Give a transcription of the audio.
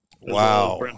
Wow